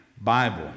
Bible